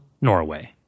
Norway